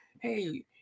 Hey